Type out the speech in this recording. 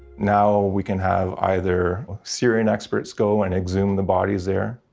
now we can have either syrian experts go and exhume the bodies there,